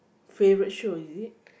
favourite show is it